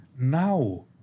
now